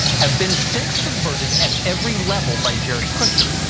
have been since subverted at every level by jared kushner.